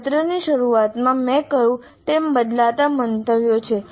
સત્રની શરૂઆતમાં મેં કહ્યું તેમ બદલાતા મંતવ્યો છે